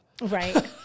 Right